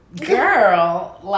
girl